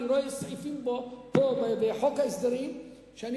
אני רואה סעיפים פה בחוק ההסדרים שאני